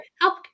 help